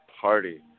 party